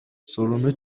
sorunu